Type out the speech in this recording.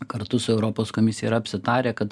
kartu su europos komisija yra apsitarę kad